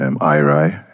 I-Rai